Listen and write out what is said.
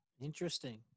Interesting